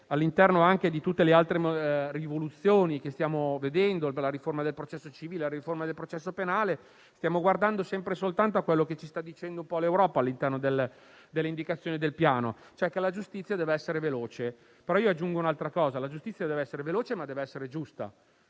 all'interno di tutte le altre rivoluzioni che stiamo vedendo, come la riforma del processo civile e del processo penale, stiamo guardando sempre e soltanto a quello che ci dice l'Europa all'interno delle indicazioni del Piano, cioè che la giustizia deve essere veloce. Aggiungo che la giustizia deve essere veloce, ma deve essere giusta,